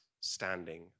standing